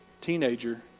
teenager